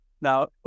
Now